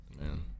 man